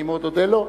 אני מאוד אודה לו,